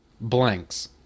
blanks